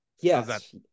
Yes